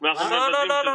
ובמיוחד